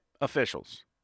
officials